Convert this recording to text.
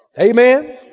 Amen